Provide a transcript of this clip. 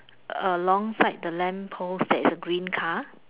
a long side the lamp post there is a green car